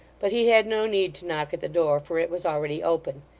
but he had no need to knock at the door, for it was already open,